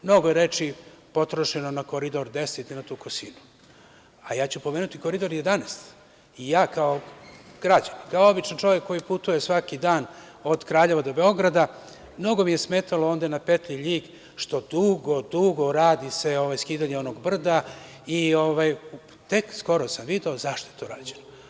Mnogo je reči potrošeno na Koridor 10 i na tu kosinu, a ja ću pomenuti Koridor 11 i ja kao građanin, kao običan čovek koji putuje svaki dan, od Kraljeva do Beograda, mnogo mi je smetalo, onde na petlji LJig, što dugo, dugo radi se ono skidanje brda i tek skoro sam video zašto je to rađeno.